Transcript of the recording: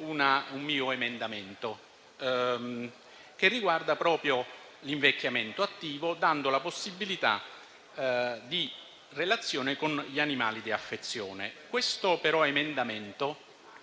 un mio emendamento, che riguarda proprio l'invecchiamento attivo, dando la possibilità di relazione con gli animali di affezione. Questo emendamento,